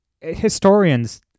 historians